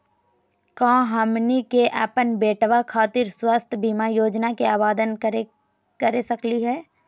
का हमनी के अपन बेटवा खातिर स्वास्थ्य बीमा योजना के आवेदन करे सकली हे?